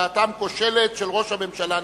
שלדעתם היא כושלת, של ראש הממשלה נתניהו.